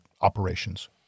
operations